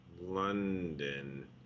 London